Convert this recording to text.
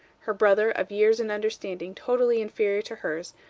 her brother, of years and understanding totally inferior to hers,